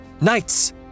Knights